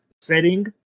setting